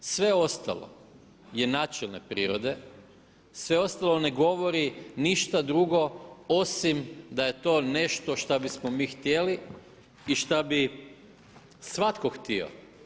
Sve ostalo je načelne prirode, sve ostalo ne govori ništa drugo osim da je to nešto što bismo mi htjeli i što bi svatko htio.